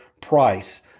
price